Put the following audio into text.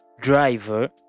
driver